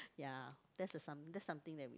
ya that's a some that's something that we